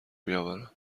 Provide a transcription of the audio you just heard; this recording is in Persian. بیاورم